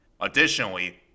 Additionally